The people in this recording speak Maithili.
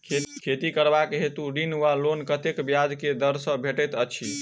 खेती करबाक हेतु ऋण वा लोन कतेक ब्याज केँ दर सँ भेटैत अछि?